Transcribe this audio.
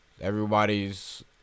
Everybody's